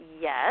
yes